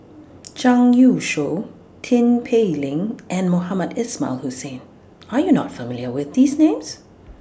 Zhang Youshuo Tin Pei Ling and Mohamed Ismail Hussain Are YOU not familiar with These Names